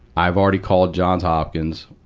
i've already called johns hopkins.